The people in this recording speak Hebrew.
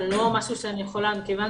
אבל מכיוון